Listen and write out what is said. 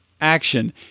action